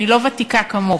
אני לא ותיקה כמוך,